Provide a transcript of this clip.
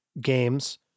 games